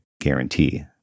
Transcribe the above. guarantee